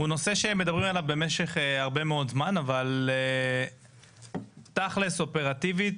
הוא נושא שמדברים עליו במשך הרבה מאוד זמן אבל תכלס אופרטיבית,